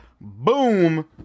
Boom